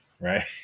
right